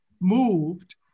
moved